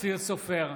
אופיר סופר,